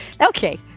Okay